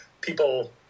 people